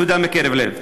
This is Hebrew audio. תודה מקרב לב.